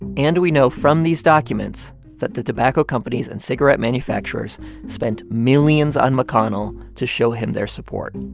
and we know from these documents that the tobacco companies and cigarette manufacturers spent millions on mcconnell to show him their support.